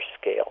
scale